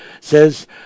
says